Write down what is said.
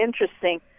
interesting